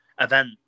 event